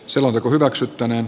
selonteko hyväksyttäneen